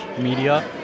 media